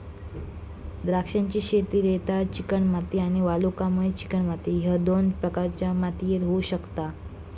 द्राक्षांची शेती रेताळ चिकणमाती आणि वालुकामय चिकणमाती ह्य दोन प्रकारच्या मातीयेत होऊ शकता